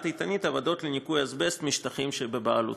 "איתנית" עבודות לניקוי אזבסט משטחים שבבעלותה,